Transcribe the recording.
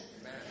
Amen